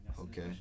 Okay